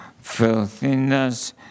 filthiness